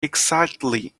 exactly